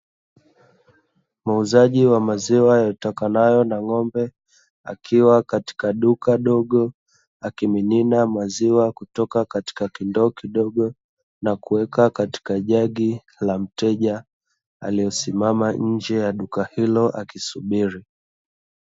Muuzaji wa maziwa yatokanayo na ng'ombe akiweka katika jagi ili kumpatia mteja aliyeko nje akisubiri kwa mda